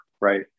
right